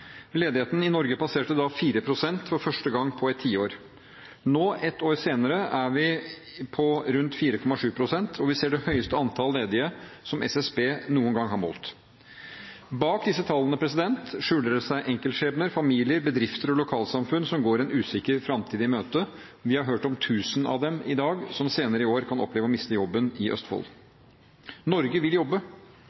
Ledigheten i Norge passerte da 4 pst. for første gang på et tiår. Nå, et år senere, er den på rundt 4,7 pst., og vi ser det høyeste antall ledige SSB noen gang har målt. Bak disse tallene skjuler det seg enkeltskjebner, familier, bedrifter og lokalsamfunn som går en usikker framtid i møte. Vi har hørt om tusen av dem i dag som senere i år kan oppleve å miste jobben i Østfold.